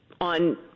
on